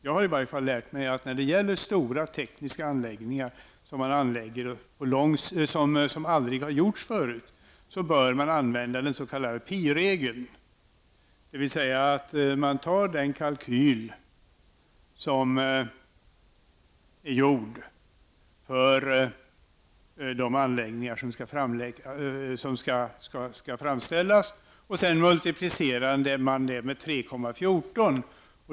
Jag har i varje fall lärt mig att när det gäller stora tekniska anläggningar som aldrig har gjorts förut bör man använda den s.k. piregeln, dvs. att man tar den kalkyl som är gjord för de anläggningar som skall framställas och multuplicerar med 3,14.